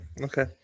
Okay